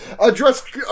address